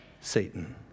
Satan